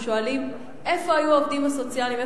אנחנו שואלים: איפה היו העובדים הסוציאליים?